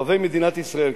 אוהבי מדינת ישראל,